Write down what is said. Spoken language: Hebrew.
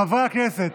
חברי הכנסת,